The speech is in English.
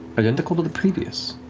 identical to the previous,